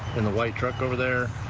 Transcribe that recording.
and the white truck over there.